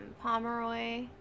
Pomeroy